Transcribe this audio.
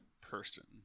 person